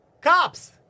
Cops